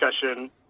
discussion